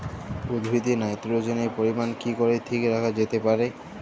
উদ্ভিদে নাইট্রোজেনের পরিমাণ কি করে ঠিক রাখা যেতে পারে?